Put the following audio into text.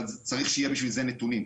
אבל צריך שיהיו בשביל זה נתונים.